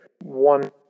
One